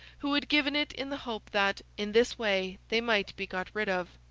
who had given it in the hope that, in this way, they might be got rid of.